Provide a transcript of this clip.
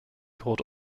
called